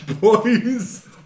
boys